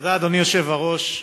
אדוני היושב-ראש,